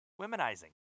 womenizing